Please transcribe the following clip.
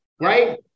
right